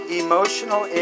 emotional